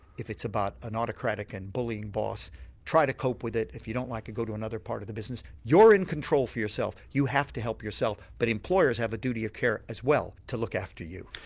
if it's about an autocratic and bullying boss try to cope with it, if you don't like it go to another part of the business. you're in control for yourself, you have to help yourself but employers have a duty of care as well to look after you.